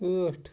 ٲٹھ